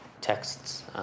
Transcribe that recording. texts